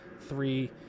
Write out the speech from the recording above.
three